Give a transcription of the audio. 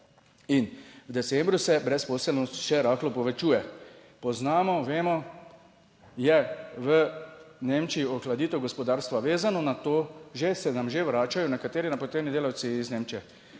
In v decembru se brezposelnost še rahlo povečuje. Poznamo, vemo, je v Nemčiji ohladitev gospodarstva vezano na to, že, se nam že vračajo nekateri napoteni delavci iz Nemčije